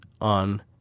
on